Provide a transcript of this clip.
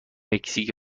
مکزیک